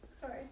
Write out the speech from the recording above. Sorry